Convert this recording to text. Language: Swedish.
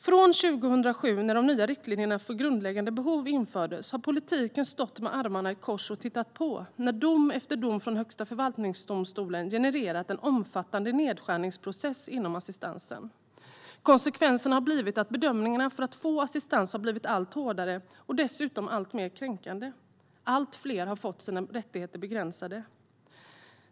Från 2007, när de nya riktlinjerna för grundläggande behov infördes, har politiken stått med armarna i kors och tittat på när dom efter dom från Högsta förvaltningsdomstolen genererat en omfattande nedskärningsprocess inom assistansen. Konsekvenserna har blivit att bedömningarna för att få assistans har blivit allt hårdare och dessutom alltmer kränkande. Allt fler har fått sina rättigheter begränsade.